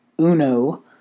Uno